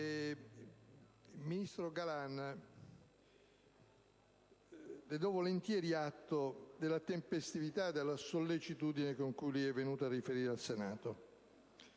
ministro Galan, le do volentieri atto della tempestività e della sollecitudine con cui lei è venuto a riferire al Senato.